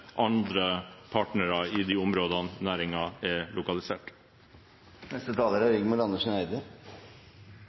andre partnere i de områdene næringen er